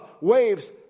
waves